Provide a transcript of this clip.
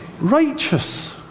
righteous